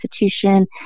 institution